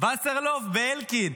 וסרלאוף ואלקין,